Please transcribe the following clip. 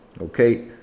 okay